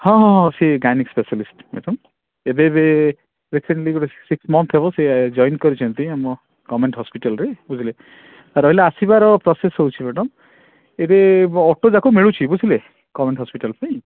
ହଁ ହଁ ସିଏ ଗାଇନୀକ୍ ସ୍ପେସାଲିଷ୍ଟ ଦେଖନ୍ତୁ ଏବେ ଏବେ ରିସେଣ୍ଟଲି ଗୁଟେ ସିକ୍ସ ମନ୍ଥ ହେବ ସିଏ ଜଏନ୍ କରିଛନ୍ତି ଆମ ଗଭ୍ମେଣ୍ଟ ହସ୍ପିଟାଲରେ ବୁଝିଲେ ରହିଲା ଆସିବାର ପ୍ରୋସେସ୍ ରହୁଛି ମ୍ୟାଡ଼ାମ୍ ଏବେ ଅଟୋ ଯାକ ମିଳୁଛି ବୁଝିଲେ ଗଭ୍ମେଣ୍ଟ ହସ୍ପିଟାଲପାଇଁ